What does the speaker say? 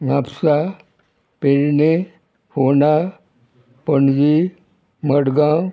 Mapusa Pernem Ponda Panaji Madgaon